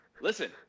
listen